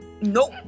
nope